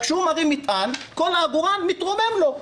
כשהוא מרים מטען, כל העגורן מתרומם לו.